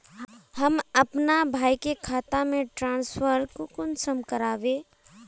हम अपना भाई के खाता में ट्रांसफर कुंसम कारबे?